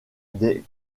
des